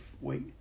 wait